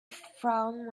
frown